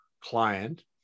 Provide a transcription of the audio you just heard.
client